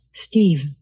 Steve